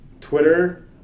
Twitter